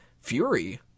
Fury